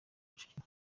kicukiro